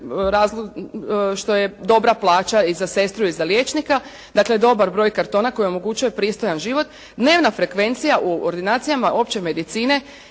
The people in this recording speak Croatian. dobra plaća i za sestru i za liječnika, dakle, dobar broj kartona koji omogućuje pristojan život, dnevna frekvencija u ordinacijama opće medicine